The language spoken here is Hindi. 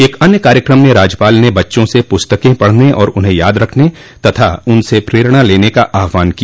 एक अन्य कार्यक्रम में राज्यपाल ने बच्चों से पुस्तकें पढ़ने उन्हें याद रखने तथा उनसे प्रेरणा लेने का आहवान किया